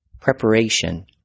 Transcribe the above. Preparation